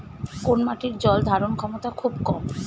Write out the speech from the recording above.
কোন মাটির জল ধারণ ক্ষমতা খুব কম?